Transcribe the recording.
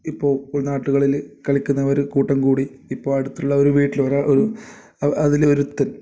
ഇപ്പോൾ ഉൾനാട്ടുകളിൽ കളിക്കുന്നവർ കൂട്ടം കൂടി ഇപ്പോൾ അടുത്തുള്ള ഒരു വീട്ടിൽ ഒര ഒരു അതിൽ ഒരുത്തൻ